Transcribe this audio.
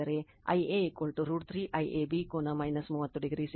ಸರಳೀಕರಿಸಿದರೆ Ia √ 3 IAB ಕೋನ 30o ಸಿಗುತ್ತದೆ